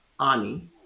Ani